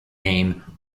name